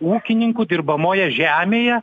ūkininkų dirbamoje žemėje